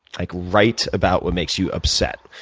like write about what makes you upset.